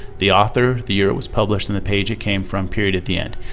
the author, the year it was published, and the page it came from, period at the end.